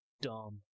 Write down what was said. dumb